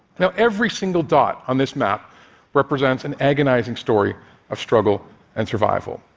you know every single dot on this map represents an agonizing story of struggle and survival.